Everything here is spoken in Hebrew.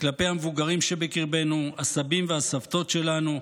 כלפי המבוגרים שבקרבנו, הסבים והסבתות שלנו,